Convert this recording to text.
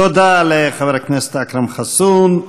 תודה לחבר הכנסת אכרם חסון.